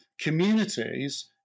communities